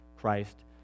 Christ